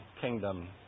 kingdom